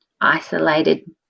isolated